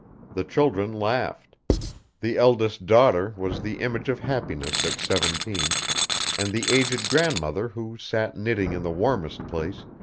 the children laughed the eldest daughter was the image of happiness at seventeen and the aged grandmother who sat knitting in the warmest place,